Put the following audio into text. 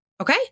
Okay